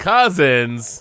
Cousins